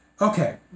Okay